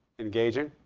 engaging.